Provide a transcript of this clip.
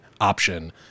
option